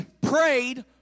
prayed